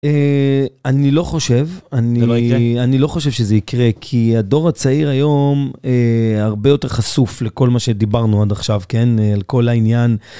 אני לא חושב, אני לא חושב שזה יקרה, כי הדור הצעיר היום הרבה יותר חשוף לכל מה שדיברנו עד עכשיו, כן? על כל העניין.